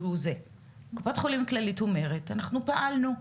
קופת חולים כללית אומרת אנחנו פעלנו,